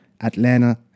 Atlanta